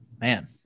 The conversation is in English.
Man